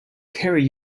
carry